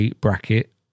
bracket